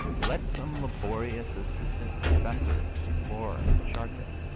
let some laborious assistant professor explore and chart it.